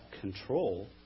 control